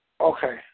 Okay